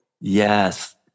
Yes